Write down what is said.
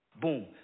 Boom